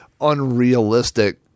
unrealistic